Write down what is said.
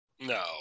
No